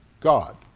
God